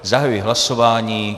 Zahajuji hlasování.